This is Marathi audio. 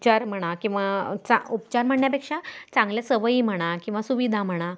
उपचार म्हणा किंवा चा उपचार म्हणण्यापेक्षा चांगल्या सवयी म्हणा किंवा सुविधा म्हणा